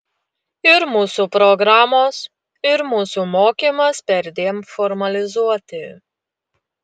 ir mūsų programos ir mūsų mokymas perdėm formalizuoti